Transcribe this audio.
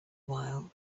while